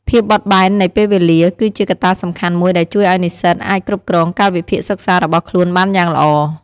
ភាពបត់បែននៃពេលវេលា គឺជាកត្តាសំខាន់មួយដែលជួយឲ្យនិស្សិតអាចគ្រប់គ្រងកាលវិភាគសិក្សារបស់ខ្លួនបានយ៉ាងល្អ។